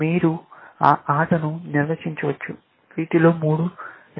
మీరు ఆ ఆటను నిర్మించవచ్చు వీటిలో మూడు రెండు ఈ ఎంపికను సూచిస్తాయి